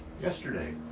yesterday